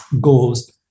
goes